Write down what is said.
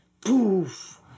poof